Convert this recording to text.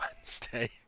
Wednesday